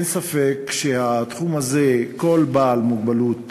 אין ספק שבתחום הזה, בעלי מוגבלות